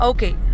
Okay